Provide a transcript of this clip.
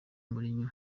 mourinho